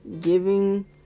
Giving